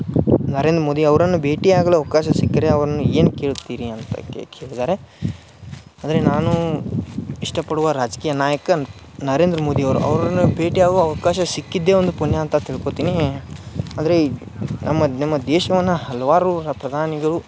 ನರೇಂದ್ರ ಮೋದಿ ಅವರನ್ನು ಭೇಟಿಯಾಗಲು ಅವಕಾಶ ಸಿಕ್ಕರೆ ಅವನು ಏನು ಕೇಳ್ತೀರಿ ಅಂತ ಕೇಳಿದಾರೆ ಅಂದರೆ ನಾನು ಇಷ್ಟಪಡುವ ರಾಜಕೀಯ ನಾಯಕನು ನರೇಂದ್ರ ಮೋದಿ ಅವರು ಅವ್ರನ್ನ ಭೇಟಿ ಆಗುವ ಅವಕಾಶ ಸಿಕ್ಕಿದ್ದೇ ಒಂದು ಪುಣ್ಯ ಅಂತ ತಿಳ್ಕೊತಿನೀ ಆದರೆ ನಮ್ಮ ನಮ್ಮ ದೇಶವನ್ನ ಹಲ್ವಾರೂರ ಪ್ರಧಾನಿಗಳು